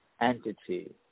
entity